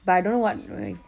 but I don't know what wh~